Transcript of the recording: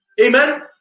Amen